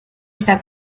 está